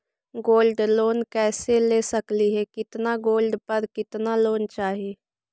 Gold loan कैसे ले सकली हे, कितना गोल्ड पर कितना लोन चाही?